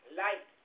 light